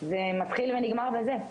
זה מתחיל ונגמר בזה.